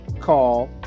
call